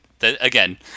Again